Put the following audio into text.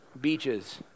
beaches